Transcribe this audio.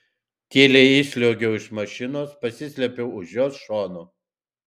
tyliai išsliuogiau iš mašinos pasislėpiau už jos šono